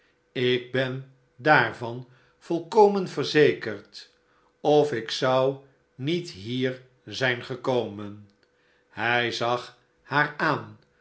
ik ben daarvan volkomen verzekerd of ik zou niet hier zijn gekomen hij zag haar aan